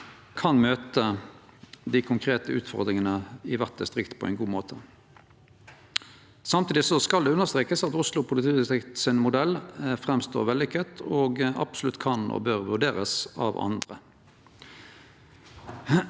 kan møte dei konkrete utfordringane i kvart distrikt på ein god måte. Samtidig skal det understrekast at modellen til Oslo politidistrikt framstår vellykka og absolutt kan og bør vurderast av andre.